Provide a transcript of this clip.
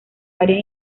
varias